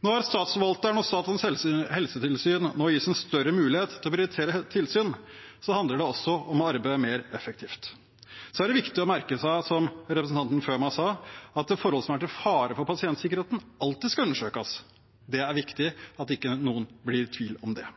Når statsforvalteren og Statens helsetilsyn nå gis en større mulighet til å prioritere tilsyn, handler det også om å arbeide mer effektivt. Det er også viktig å merke seg, som representanten før meg sa, at forhold som er til fare for pasientsikkerheten, alltid skal undersøkes. Det er viktig at ingen er i tvil om det.